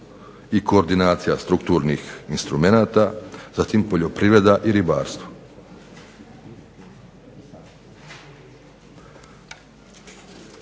i koordinacija strukturni instrumenata, zatim poljoprivreda i ribarstvo.